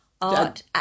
Art